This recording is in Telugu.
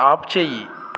ఆపుచేయి